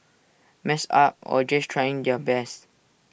messed up or just trying their best